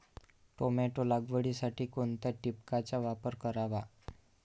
Tomato लागवडीसाठी कोणत्या ठिबकचा वापर करावा?